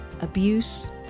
abuse